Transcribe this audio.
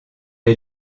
est